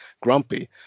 grumpy